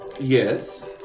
Yes